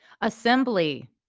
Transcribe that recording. Assembly